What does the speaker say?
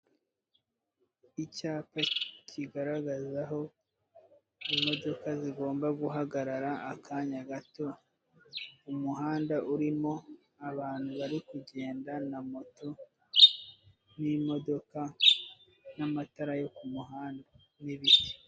Icyapa kigaragaza aho imodoka zigomba guhagarara akanya gato, umuhanda urimo abantu bari kugenda na moto n'imodoka n'amatara yo ku muhanda n'ibiti.